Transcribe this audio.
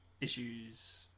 issues